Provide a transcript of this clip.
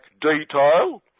detail